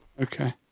Okay